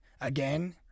again